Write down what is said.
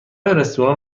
رستوران